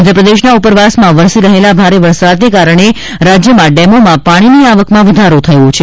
મધ્યપ્રદેશના ઉપરવાસમાં વરસી રહેલા ભારે વરસાદને કારણે રાજ્યમાં ડેમોમાં પાણીની આવકમાં વધારો થયો છે